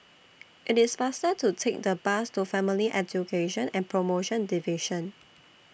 IT IS faster to Take The Bus to Family Education and promotion Division